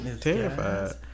Terrified